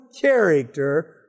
character